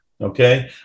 okay